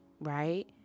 Right